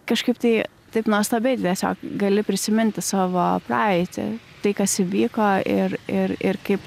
kažkaip tai taip nuostabiai tu tiesiog gali prisiminti savo praeitį tai kas įvyko ir ir ir kaip